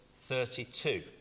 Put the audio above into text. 32